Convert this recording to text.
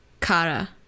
Kara